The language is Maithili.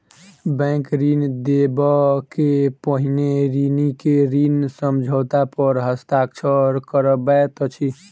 बैंक ऋण देबअ के पहिने ऋणी के ऋण समझौता पर हस्ताक्षर करबैत अछि